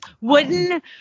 wooden